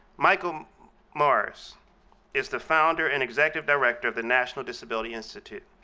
michael morris is the founder and executive director of the national disability institute.